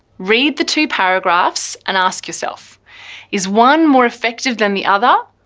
read the two paragraphs and ask yourself is one more effective than the other?